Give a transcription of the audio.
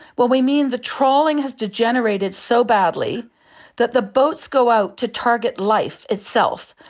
well, we mean the trawling has degenerated so badly that the boats go out to target life itself,